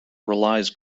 relies